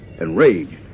Enraged